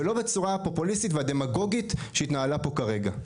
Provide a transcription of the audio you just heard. ולא בצורה פופוליסטית ודמגוגית כמו זו שהתנהלה פה כרגע.